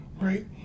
right